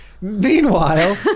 Meanwhile